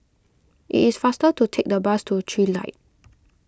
it is faster to take the bus to Trilight